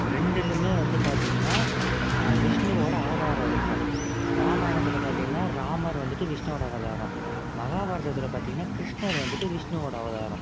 ரெண்டுலேயுமே வந்து பார்த்தீங்கன்னா விஷ்ணுவோடய அவதாரம் இருக்கும் ராமாயணத்தில் பார்த்தீங்கன்னா ராமர் வந்துட்டு விஷ்ணுவோடய அவதாரம் மகாபாரதத்தில் பார்த்தீங்கன்னா கிருஷ்ணர் வந்துட்டு விஷ்ணுவோடய அவதாரம்